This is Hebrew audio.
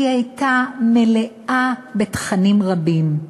היא הייתה מלאה בתכנים רבים,